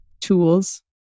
tools